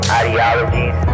ideologies